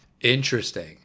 Interesting